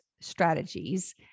strategies